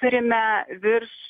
turime virš